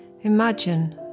Imagine